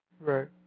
Right